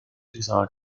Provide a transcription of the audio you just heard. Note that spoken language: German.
dieser